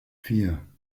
vier